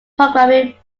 programming